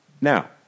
Now